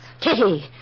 Kitty